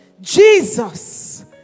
Jesus